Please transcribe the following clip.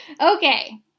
Okay